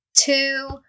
two